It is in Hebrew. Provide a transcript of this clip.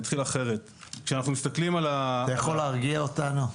אתה יכול להרגיע אותנו?